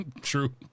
True